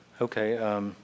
Okay